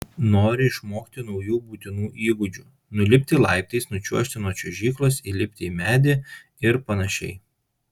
nori išmokti naujų būtinų įgūdžių nulipti laiptais nučiuožti nuo čiuožyklos įlipti į medį ir panašiai